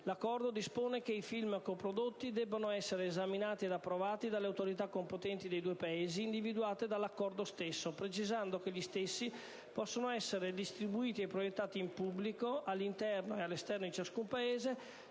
L'Accordo dispone che i film coprodotti debbano essere esaminati ed approvati dalle autorità competenti dei due Paesi individuati dall'Accordo stesso, precisando che gli stessi possono essere distribuiti e proiettati in pubblico, all'interno e all'esterno di ciascun Paese,